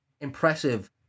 impressive